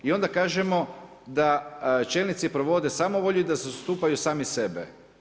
I onda kažemo da čelnici provode samovolju i da zastupaju sami sebe.